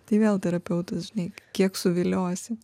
tai vėl terapeutas žinai kiek suviliosi